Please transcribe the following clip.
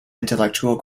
intellectual